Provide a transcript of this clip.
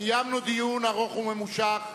קיימנו דיון ארוך וממושך,